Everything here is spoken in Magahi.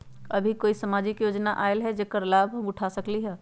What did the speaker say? अभी कोई सामाजिक योजना आयल है जेकर लाभ हम उठा सकली ह?